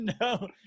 No